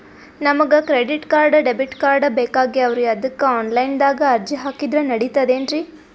ನಮಗ credit card, debit card ಬೇಕಾಗ್ಯಾವ್ರೀ ಅದಕ್ಕ ಆನಲೈನದಾಗ ಅರ್ಜಿ ಹಾಕಿದ್ರ ನಡಿತದೇನ್ರಿ?